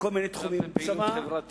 בכל מיני תחומים, גם פעילות חברתית.